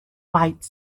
quite